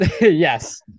Yes